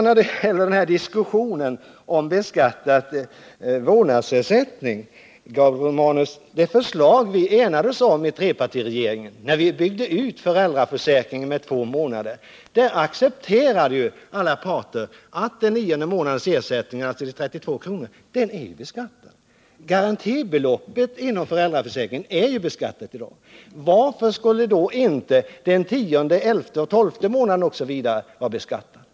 När det sedan gäller diskussionen om beskattad vårdnadsersättning, Gabriel Romanus, vill jag säga att det förslag som vi enades om i trepartiregeringen i samband med att vi byggde ut föräldraförsäkringen med två månader accepterades av alla parter, nämligen ersättningen för den nionde månaden med 32 kr. om dagen. Garantibeloppet inom föräldraförsäkringen är ju beskattat i dag, så varför skulle inte ersättningen för den tionde, elfte, tolfte månaden osv. vara beskattad?